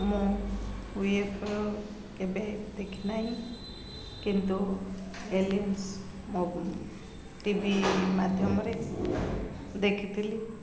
ମୁଁ କେବେ ଦେଖିନାହିଁ କିନ୍ତୁ ଏଲିମ୍ସ ଟି ଭି ମାଧ୍ୟମରେ ଦେଖିଥିଲି